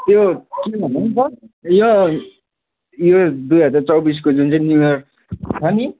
त्यो के भन्दा पनि सर उयो उयो दुई हजार चौबिसको जुन चाहिँ न्यू इयर छ नि